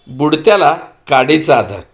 बुडत्याला काडीचा आधार